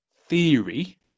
theory